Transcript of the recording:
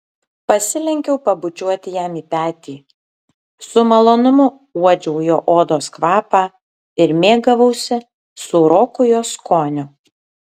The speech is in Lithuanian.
pasilenkiau pabučiuoti jam į petį su malonumu uodžiau jo odos kvapą ir mėgavausi sūroku jos skoniu